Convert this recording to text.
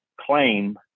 claim